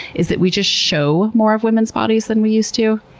is that we just show more of women's bodies than we used to.